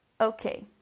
Okay